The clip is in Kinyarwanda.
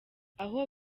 aho